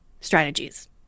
strategies